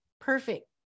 Perfect